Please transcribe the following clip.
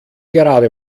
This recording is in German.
gerade